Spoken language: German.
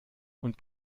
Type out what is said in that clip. und